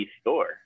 store